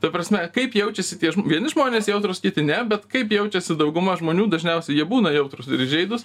ta prasme kaip jaučiasi tie vieni žmonės jautrūs kiti ne bet kaip jaučiasi dauguma žmonių dažniausiai jie būna jautrūs ir įžeidūs